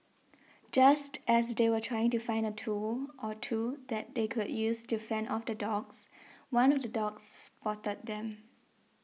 just as they were trying to find a tool or two that they could use to fend off the dogs one of the dogs spotted them